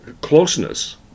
closeness